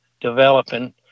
developing